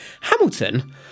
Hamilton